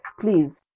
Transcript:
please